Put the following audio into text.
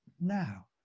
now